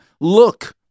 Look